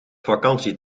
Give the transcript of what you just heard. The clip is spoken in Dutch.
vakantie